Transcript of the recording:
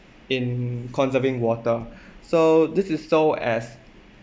in conserving water so this is so as